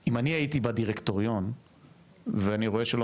אני הייתי בדירקטוריון ואני רואה שלא